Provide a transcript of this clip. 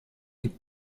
die